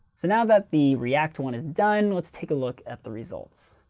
so now that the react one is done, let's take a look at the results.